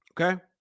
Okay